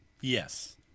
Yes